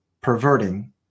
perverting